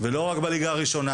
ולא רק בליגה הראשונה,